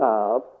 up